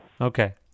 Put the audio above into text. Okay